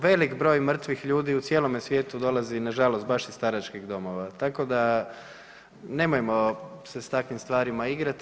Velik broj mrtvih ljudi u cijelome svijetu dolazi nažalost baš iz staračkih domova, tako da nemojmo se s takvim stvarima igrati.